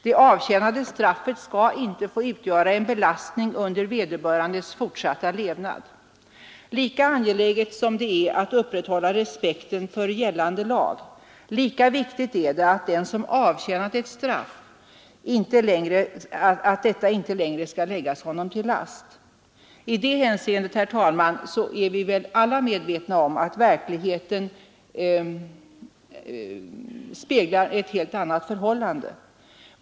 Det avtjänade straffet skall inte få utgöra en belastning under vederbörandes fortsatta levnad. Lika angeläget som det är att upprätthålla respekten för gällande lag, lika viktigt är det att det faktum att någon avtjänat ett straff inte skall läggas honom till last. I det hänseendet — det är vi väl alla medvetna om — speglar verkligheten ett helt annat förhållande.